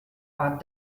war